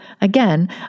again